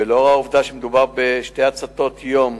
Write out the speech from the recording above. ולאור העובדה שמדובר בשתי הצתות יום